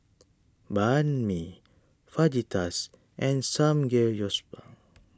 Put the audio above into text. Banh Mi Fajitas and Samgeyopsal